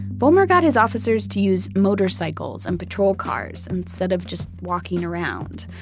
vollmer got his officers to use motorcycles and patrol cars instead of just walking around.